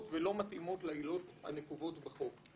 ולא מתאימות לעילות הנקובות בחוק.